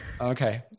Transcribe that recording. Okay